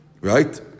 right